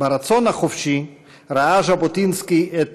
ברצון החופשי, ראה ז'בוטינסקי את